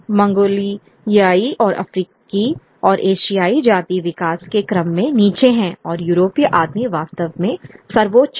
मंगोलियाई और अफ्रीकी और एशियाई जाति विकास के क्रम में नीचे हैं और यूरोपीय आदमी वास्तव में सर्वोच्च है